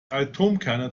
atomkerne